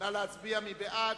נא להצביע, מי בעד?